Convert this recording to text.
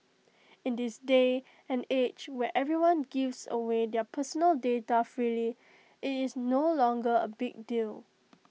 in this day and age where everyone gives away their personal data freely IT is no longer A big deal